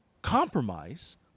compromise